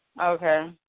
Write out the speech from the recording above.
Okay